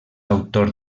autor